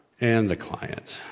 and the client.